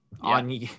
on